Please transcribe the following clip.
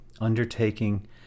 undertaking